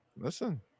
Listen